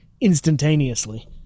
instantaneously